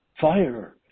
Fire